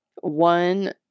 one